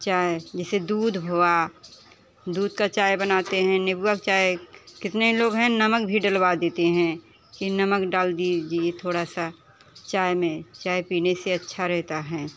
चाय जैसे दूध भवा दूध का चाय बनाते हैं निबुआ का चाय कितने लोग हैं नमक भी डलवा देते हैं कि नमक डाल दीजिए थोड़ा सा चाय में चाय पीने से अच्छा रहता है